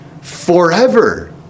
forever